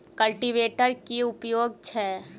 Cultivator केँ की उपयोग छैक?